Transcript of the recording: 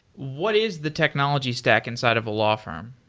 what is the technology stack inside of a law firm?